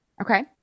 Okay